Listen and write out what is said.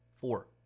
Four